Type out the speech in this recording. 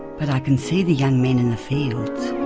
but i can see the young men in the fields.